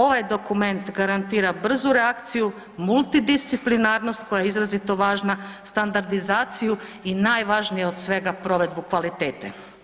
Ovaj dokument garantira brzu reakciju multidisciplinarnost koja je izrazito važna, standardizaciju i najvažnije od svega provedbu kvalitete.